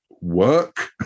work